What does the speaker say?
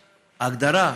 ההגדרה,